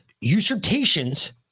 usurpations